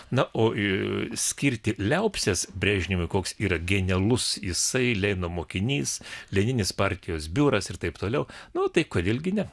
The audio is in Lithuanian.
na o ir skirti liaupses brežnevui koks yra genialus jisai lenino mokinys lenininis partijos biuras ir taip toliau nu tai kodėl gi ne